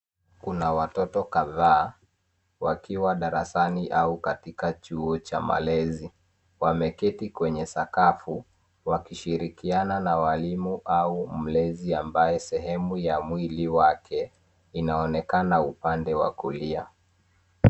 Kuna watoto kadhaa wakiwa darasani au katika chuo cha ulezi. Wameketi kwenye sakafu wakishirikiana na walimu au mlezi ambaye sehemu ya mwili wake inaonekane upande wa kulia.